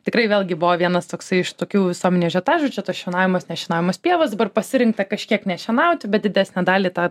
tikrai vėlgi buvo vienas toksai iš tokių visuomenei ažiotažų čia tos šienaujamos nešienaujamos pievos dabar pasirinkta kažkiek nešienauti bet didesnę dalį tą